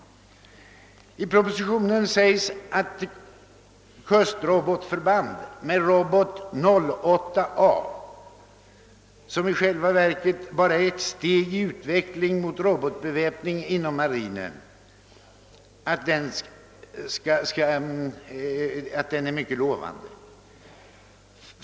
I propositionen sägs att kustrobotförband med robot 08 A, som i själva verket bara utgör ett steg i utvecklingen mot robotbeväpning inom marinen, är mycket lovande.